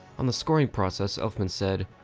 on the scoring process, elfman said